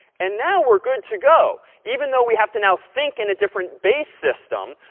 and now we're good to go. even though we have to now think in a different base system,